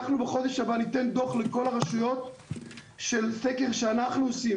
אנחנו בחודש הבא ניתן דו"ח לכל הרשויות של סקר שאנחנו עושים,